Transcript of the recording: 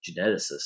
geneticist